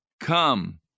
come